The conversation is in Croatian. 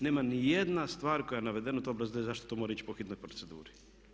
Nema nijedna stvar koja je navedena u tom obrazloženju zašto to mora ići po hitnoj proceduri.